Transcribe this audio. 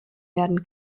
werden